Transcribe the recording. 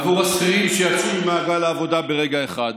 עבור השכירים שיצאו ממעגל העבודה ברגע אחד,